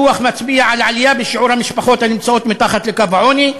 הדוח מצביע על עלייה בשיעור המשפחות הנמצאות מתחת לקו העוני,